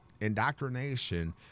indoctrination